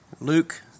Luke